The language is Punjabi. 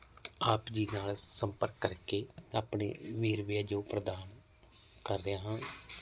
ਆਪ ਜੀ ਨਾਲ ਸੰਪਰਕ ਕਰਕੇ ਆਪਣੇ ਵੇਰਵੇ ਆ ਜੋ ਪ੍ਰਦਾਨ ਕਰ ਰਿਹਾ ਹਾਂ